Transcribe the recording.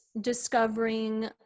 discovering